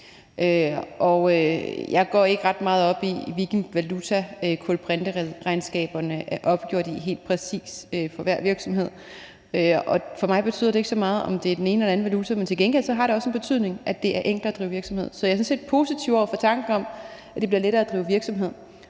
jeg går ikke ret meget op i, hvilken valuta kulbrinteregnskaberne helt præcis er opgjort i for hver virksomhed, og for mig betyder det ikke så meget, om det er den ene eller den anden valuta. Men til gengæld har det også en betydning, at det er enkelt at drive virksomhed. Så jeg er sådan set positiv over for tanken om, at det bliver lettere at drive virksomhed.